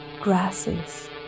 grasses